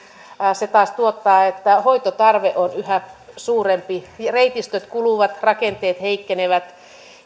se taas tuottaa sen että hoitotarve on yhä suurempi reitistöt kuluvat rakenteet heikkenevät